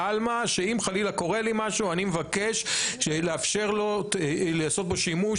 עלמא שאם חלילה קורה לי משהו אני מבקש לאפשר לו לעשות בו שימוש.